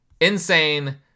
insane